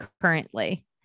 currently